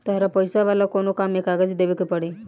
तहरा पैसा वाला कोनो काम में कागज देवेके के पड़ी